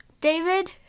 David